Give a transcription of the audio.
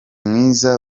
mwiza